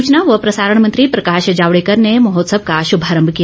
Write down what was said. सूचना व प्रसारण मंत्री प्रकाश जावड़ेकर ने महोत्सव का शुभारंभ किया